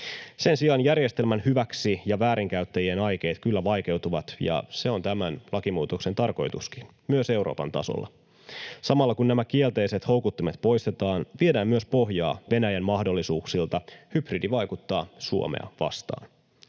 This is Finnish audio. Sen sijaan järjestelmän hyväksi- ja väärinkäyttäjien aikeet kyllä vaikeutuvat, ja se on tämän lakimuutoksen tarkoituskin myös Euroopan tasolla. Samalla kun nämä kielteiset houkuttimet poistetaan, viedään myös pohjaa Venäjän mahdollisuuksilta hybridivaikuttaa Suomea vastaan.